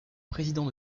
président